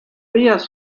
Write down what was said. vías